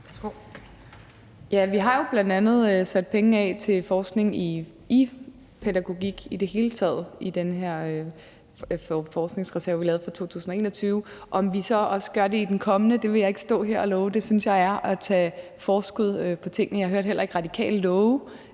Vi har jo bl.a. sat penge af til forskning i pædagogik i det hele taget i den her forskningsreserve, vi lavede for 2021. Om vi så også gør det i forbindelse med den kommende, vil jeg ikke stå her og love; det synes jeg er at tage forskud på tingene. Jeg hørte heller ikke Radikale love,